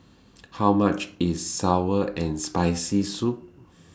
How much IS Sour and Spicy Soup